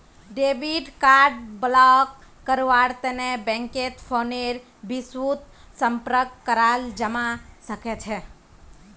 debit card block करव्वार तने बैंकत फोनेर बितु संपर्क कराल जाबा सखछे